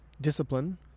discipline